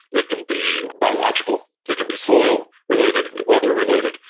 it can be biological, it can be soil related, it can be weather related,